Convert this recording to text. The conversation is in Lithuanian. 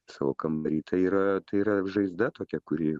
savo kambary tai yra tai yra žaizda tokia kuri